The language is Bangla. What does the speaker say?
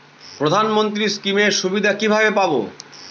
প্রধানমন্ত্রী স্কীম এর সুবিধা কিভাবে পাবো?